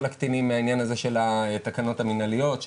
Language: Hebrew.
הקטינים מהעניין הזה של התקנות המנהליות,